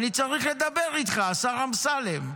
אני צריך לדבר איתך, השר אמסלם.